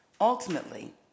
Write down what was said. ultimately